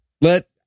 Let